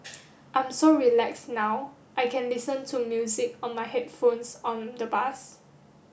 I'm so relaxed now I can listen to music on my headphones on the bus